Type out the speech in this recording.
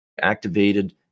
activated